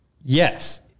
yes